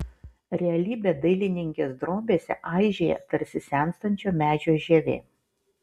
realybė dailininkės drobėse aižėja tarsi senstančio medžio žievė